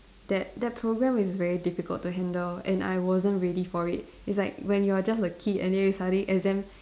that that program is very difficult to handle and I wasn't ready for it it's like when you are just a kid and then you suddenly exams